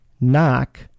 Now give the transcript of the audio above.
knock